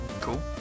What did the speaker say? Cool